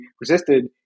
Resisted